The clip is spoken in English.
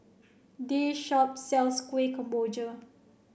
this shop sells Kuih Kemboja